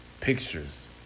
pictures